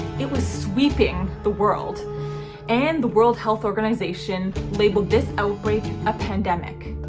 it was sweeping the world and the world health organization labeled this outbreak a pandemic.